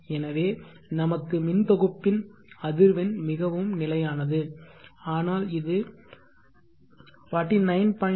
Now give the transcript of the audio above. எனவே நமக்கு மின் தொகுப்பின் அதிர்வெண் மிகவும் நிலையானது ஆனால் இது 49